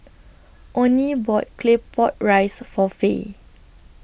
Onie bought Claypot Rice For Fay